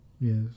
Yes